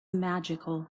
magical